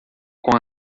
com